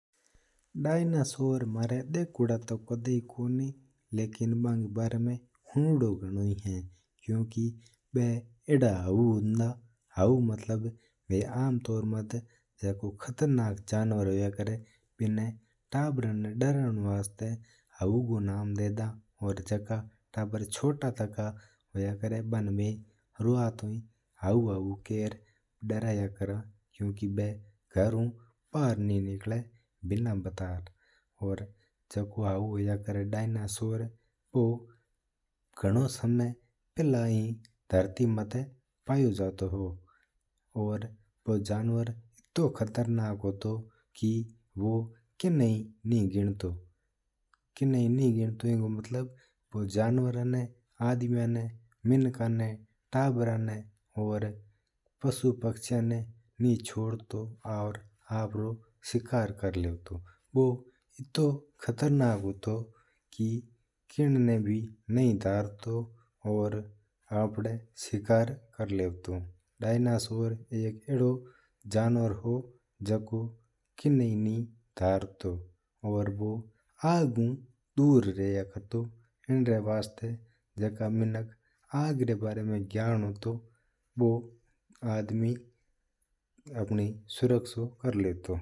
डायनासोर री बारा मई पुछ्यो है मई दख्योदा तू कदा ही को पर हूंयो है। क्यूंकि बी आड़ा हाऊ हुंवता की डर्र जावता लोग हउव मतलब आड़ा जणवर जिणा लोग देखता ही डर्र जावता। ताबरा ना बिनू डर्र बतावता डायनोसोर घणा समय पहले ही धरती माता पाटो जावतो हो। और बू जणवर इततो खतरनाक होवतो की बू किन्ना ही नी गिणतो। बू मिंका ना ताबरा ना पशु पश्यिया ना हंगा ना खा जावतो।